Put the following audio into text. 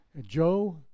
Joe